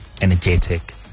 energetic